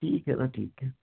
ठीक है ना ठीक है